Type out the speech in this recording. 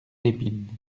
lépine